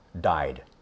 died